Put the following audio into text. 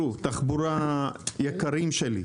יקרים שלי,